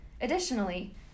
Additionally